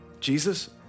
Jesus